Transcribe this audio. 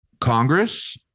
Congress